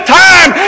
time